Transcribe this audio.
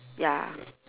ya